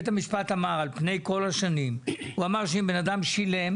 הוא אמר, על פני כל השנים, שאם בן אדם שילם